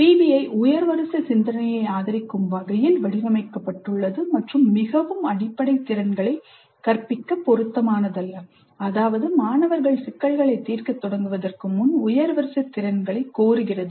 PBI உயர் வரிசை சிந்தனையை ஆதரிக்கும் வகையில் வடிவமைக்கப்பட்டுள்ளது மற்றும் மிகவும் அடிப்படை திறன்களை கற்பிக்க பொருத்தமானதல்ல அதாவது மாணவர்கள் சிக்கல்களை தீர்க்கத் தொடங்குவதற்கு முன் உயர் வரிசை திறன்களைக் கோருகிறது